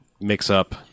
mix-up